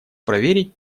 проверить